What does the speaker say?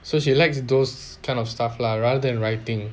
so she likes those kind of stuff lah rather than writing